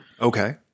okay